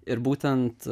ir būtent